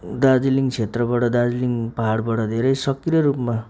दार्जिलिङ क्षेत्रबाट दार्जिलिङ पहाडबाट धेरै सक्रिय रूपमा